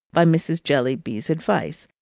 by mrs. jellyby's advice,